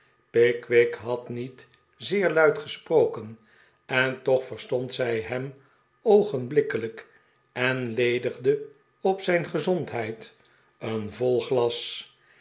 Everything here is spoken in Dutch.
pickwick had niet zeer luid gesproken en toch verstond zij hem oogenblikkelijk en ledigde op zijn gezondheid een vol glas